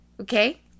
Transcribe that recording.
okay